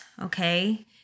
Okay